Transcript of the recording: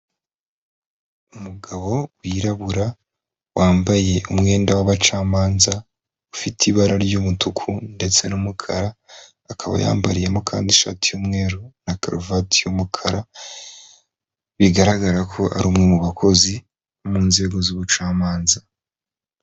Umugabo wirabura, wambaye umwenda w'abacamanza, ufite ibara ry'umutuku ndetse n'umukara, akaba yambariyemo kandi ishati y'umweru na karuvati y'umukara, bigaragara ko ari umwe mu bakozi bo mu nzego z'ubucamanza.